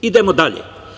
Idemo dalje.